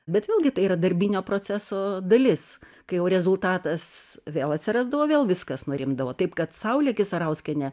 bet vėlgi tai yra darbinio proceso dalis kai jau rezultatas vėl atsirasdavo vėl viskas nurimdavo taip kad saulė kisarauskienė